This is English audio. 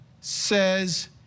says